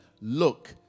look